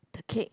the cake